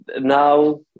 now